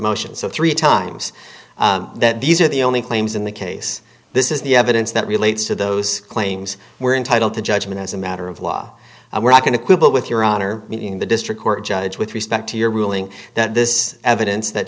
motion so three times that these are the only claims in the case this is the evidence that relates to those claims were entitled to judgment as a matter of law and we're not going to quibble with your honor in the district court judge with respect to your ruling that this evidence that